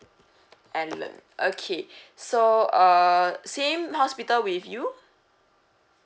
alan okay so uh same hospital with you